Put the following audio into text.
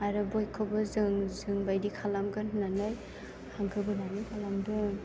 आरो बयखौबो जों जोंबायदि खालामगोन होननानै हांखो बोनानै गालांदों